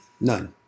None